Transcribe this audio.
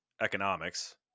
economics